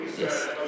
Yes